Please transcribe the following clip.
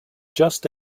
just